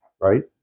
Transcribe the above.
right